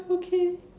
okay